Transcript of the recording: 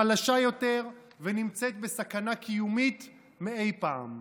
חלשה יותר ונמצאת בסכנה קיומית מאי פעם.